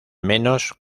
menos